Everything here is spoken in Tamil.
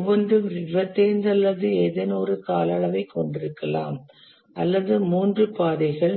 ஒவ்வொன்றும் 25 அல்லது ஏதேனும் ஒரு கால அளவைக் கொண்டிருக்கலாம் அல்லது மூன்று பாதைகள்